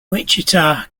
wichita